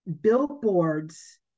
billboards